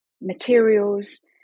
materials